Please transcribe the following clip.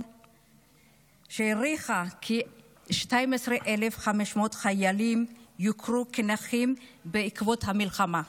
שהעריכה כי 12,500 חיילים יוכרו כנכים בעקבות המלחמה,